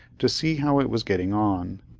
to see how it was getting on.